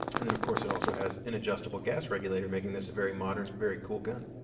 and then of course, it also has an adjustable gas regulator, making this a very modern, very cool gun.